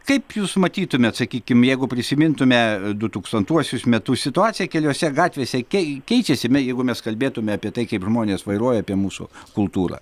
kaip jūs matytumėt sakykim jeigu prisimintume du tūkstantuosius metus situacija keliuose gatvėse kei keičiasi jeigu mes kalbėtume apie tai kaip žmonės vairuoja apie mūsų kultūrą